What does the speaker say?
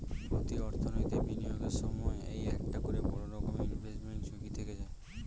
প্রতি অর্থনৈতিক বিনিয়োগের সময় এই একটা করে বড়ো রকমের ইনভেস্টমেন্ট ঝুঁকি থেকে যায়